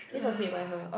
this was made by her